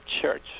church